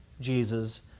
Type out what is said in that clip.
Jesus